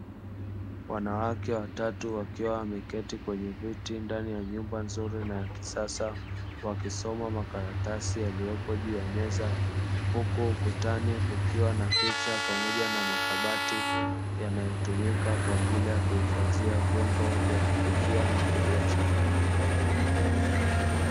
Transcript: Wanawake watatu wakiwa wameketi kwenye viti ndani ya nyumba nzuri na ya kisasa. Wakisoma makaratasi yaliyopo juu ya meza. Huku ukutani kukiwa na picha, pamoja na makabati yanayo tumika kuhifadhia vyombo vya kupikia na kulia chakula.